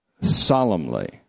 solemnly